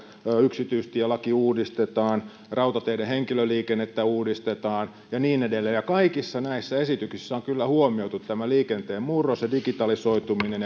yksityistielaki uudistetaan rautateiden henkilöliikennettä uudistetaan ja niin edelleen kaikissa näissä esityksissä on kyllä huomioitu tämä liikenteen murros ja digitalisoituminen